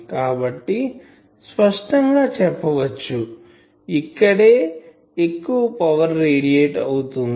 కాబట్టి స్పష్టం గా చెప్పవచ్చు ఇక్కడే ఎక్కువ పవర్ రేడియేట్ అవుతుంది